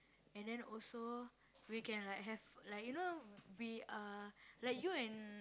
and then also we can like have like you know we uh like you and